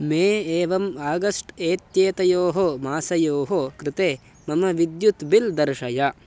मे एवम् आगस्ट् इत्येतयोः मासयोः कृते मम विद्युत् बिल् दर्शय